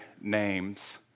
names